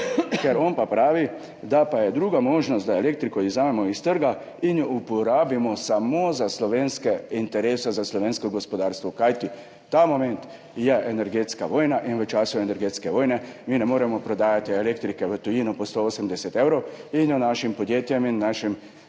Ker on pravi, da pa je druga možnost, da elektriko izvzamemo iz trga in jo uporabimo samo za slovenske interese, za slovensko gospodarstvo, kajti ta moment je energetska vojna in v času energetske vojne mi ne moremo prodajati elektrike v tujino po 180 evrov in jo našim podjetjem in